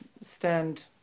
stand